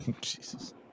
Jesus